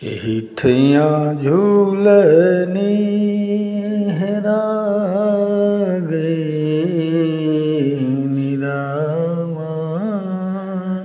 एही ठइयाँ झुलनी हेरा गइनी रामा